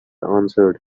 answered